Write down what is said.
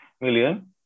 million